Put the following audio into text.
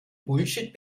bullshit